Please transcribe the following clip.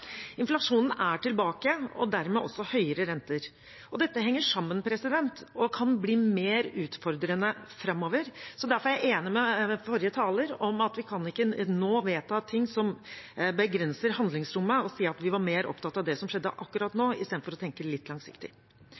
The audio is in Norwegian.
Inflasjonen er tilbake og dermed også høyere renter. Dette henger sammen og kan bli mer utfordrende framover. Derfor er jeg enig med forrige taler om at vi ikke nå kan vedta ting som begrenser handlingsrommet, og si at vi var mer opptatt av det som skjedde akkurat nå, i stedet for å tenke litt langsiktig.